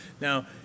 now